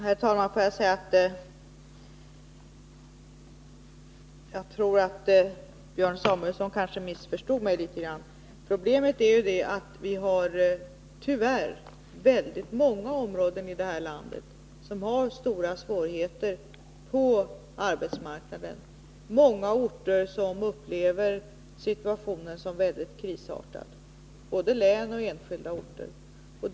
Herr talman! Björn Samuelson kanske missförstod mig i viss mån. Problemet är att väldigt många områden i vårt land tyvärr har stora svårigheter på arbetsmarknaden. Många län och enskilda orter upplever situationen som mycket krisartad.